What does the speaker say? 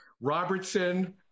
Robertson